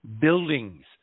buildings